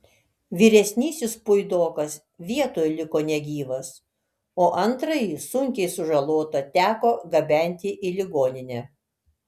vyresnysis puidokas vietoj liko negyvas o antrąjį sunkiai sužalotą teko gabenti į ligoninę